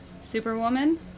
Superwoman